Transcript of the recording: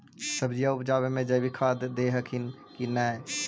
सब्जिया उपजाबे मे जैवीक खाद दे हखिन की नैय?